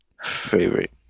Favorite